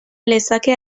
lezake